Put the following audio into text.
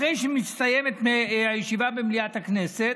אחרי שמסתיימת הישיבה במליאת הכנסת,